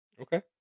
Okay